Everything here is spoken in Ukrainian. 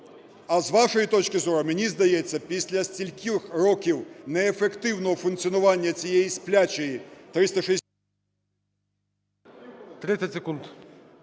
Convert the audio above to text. а з вашої точки зору, мені здається, після стількох років неефективного функціонування цієї "сплячої"… ГОЛОВУЮЧИЙ.